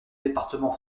département